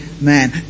man